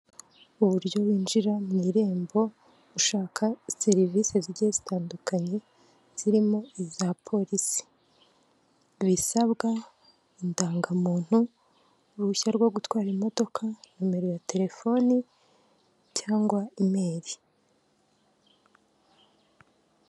Uburyo winjira mu irembo ushaka serivisi zigiye zitandukanye zirimo iza polisi, bisabwa indangamuntu, uruhushya rwo gutwara imodoka, nomero ya telefoni cyangwa imeri.